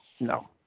No